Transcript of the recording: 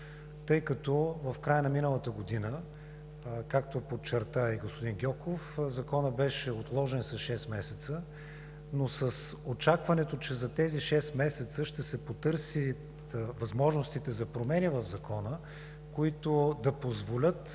този закон. В края на миналата година, както подчерта и господин Гьоков, Законът беше отложен с шест месеца, но с очакването, че за тези шест месеца ще се потърсят възможностите за промени в Закона, които да позволят